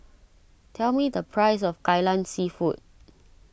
tell me the price of Kai Lan Seafood